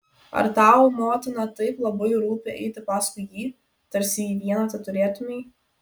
ar tau motina taip labai rūpi eiti paskui jį tarsi jį vieną teturėtumei